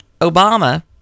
Obama